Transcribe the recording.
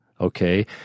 Okay